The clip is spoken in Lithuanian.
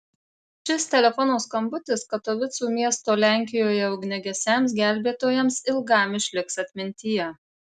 šis telefono skambutis katovicų miesto lenkijoje ugniagesiams gelbėtojams ilgam išliks atmintyje